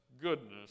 goodness